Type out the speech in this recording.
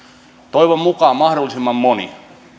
toivon mukaan mahdollisimman moni